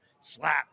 Slap